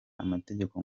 amategeko